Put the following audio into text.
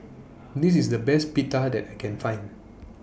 This IS The Best Pita that I Can Find